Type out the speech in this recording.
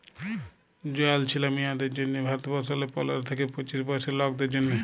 জয়াল ছিলা মিঁয়াদের জ্যনহে ভারতবর্ষলে পলের থ্যাইকে পঁচিশ বয়েসের লকদের জ্যনহে